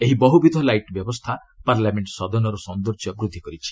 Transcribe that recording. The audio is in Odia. ଏହି ବହୁବିଧ ଲାଇଟ୍ ବ୍ୟବସ୍ଥା ପାର୍ଲାମେଣ୍ଟ ସଦନର ସୌନ୍ଦର୍ଯ୍ୟ ବୃଦ୍ଧି କରିଛି